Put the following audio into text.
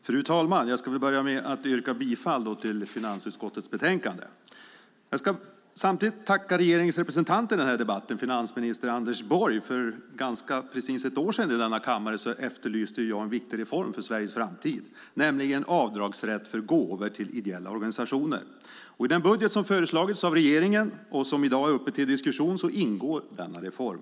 Fru talman! Jag ska börja med att yrka bifall till utskottets förslag i finansutskottets betänkande. Jag ska samtidigt tacka regeringens representant i denna debatt, finansminister Anders Borg. För ganska precis ett år sedan i denna kammare efterlyste jag en viktig reform för Sveriges framtid, nämligen avdragsrätt för gåvor till ideella organisationer. I den budget som föreslagits av regeringen och som i dag är uppe till diskussion ingår denna reform.